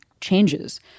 changes